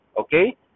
Okay